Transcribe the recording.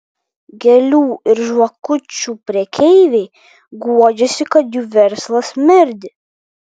gėlių ir žvakučių prekeiviai guodžiasi kad jų verslas merdi